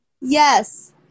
Yes